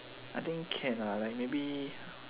I think can lah like maybe